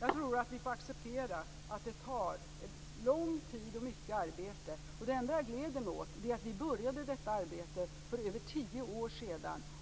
Jag tror att vi får acceptera att det tar lång tid och kräver mycket arbete. Det enda jag gläder mig åt är att vi började detta arbetet för över tio år sedan.